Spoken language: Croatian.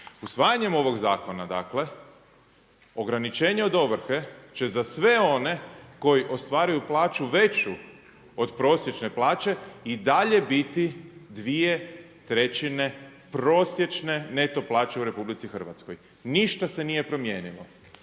Usvajanjem ovog zakona dakle, ograničenje od ovrhe će za sve one koji ostvaruju plaću veću od prosječne plaće i dalje biti dvije trećine prosječne neto plaće u RH. Ništa se nije promijenilo.